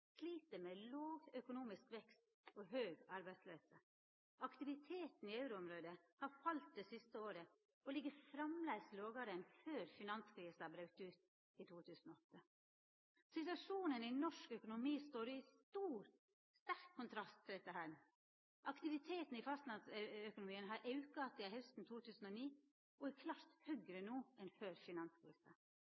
slit med låg økonomisk vekst og høg arbeidsløyse. Aktiviteten i euroområdet har falle det siste året og ligg framleis lågare enn før finanskrisa braut ut i 2008. Situasjonen i norsk økonomi står i sterk kontrast til dette. Aktiviteten i fastlandsøkonomien har auka sidan hausten 2009 og er klart høgre